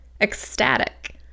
ecstatic